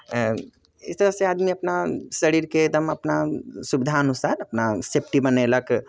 एक तरहसँ आदमी अपना शरीरके एकदम अपना सुविधा अनुसार अपना सेफ्टी बनेलक